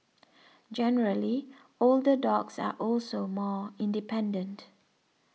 generally older dogs are also more independent